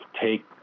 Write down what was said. take